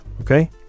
Okay